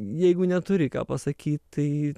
jeigu neturi ką pasakyt tai